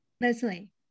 Leslie